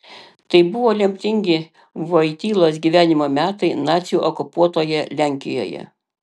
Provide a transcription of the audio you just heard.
tai buvo lemtingi vojtylos gyvenimo metai nacių okupuotoje lenkijoje